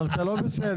אתה לא בסדר.